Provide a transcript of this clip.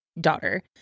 daughter